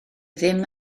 ddim